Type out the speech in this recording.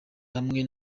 hamwe